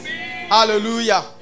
Hallelujah